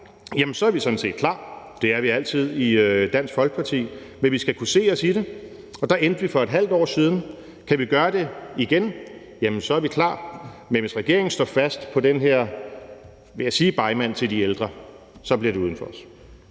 retning, er vi sådan set klar. Det er vi altid i Dansk Folkeparti, men vi skal kunne se os selv i det. Der endte vi for et halvt år siden. Kan vi gøre det igen, jamen så er vi klar. Men hvis regeringen står fast på den her, jeg vil sige begmand til de ældre, bliver det uden os.